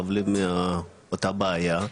סובלים מאותה בעיה,